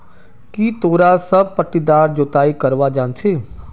की तोरा सब पट्टीदार जोताई करवा जानछी